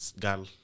girl